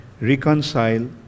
reconcile